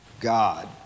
God